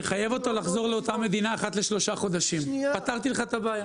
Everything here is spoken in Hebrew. תחייב אותו לחזור לאותה מדינה אחת לשלושה חודשים פתרתי לך את הבעיה.